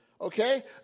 Okay